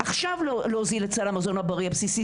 עכשיו להוזיל את סל המזון הבריא הבסיסי,